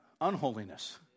unholiness